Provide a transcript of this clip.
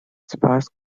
sparse